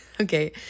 Okay